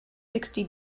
sixty